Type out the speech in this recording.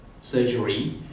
surgery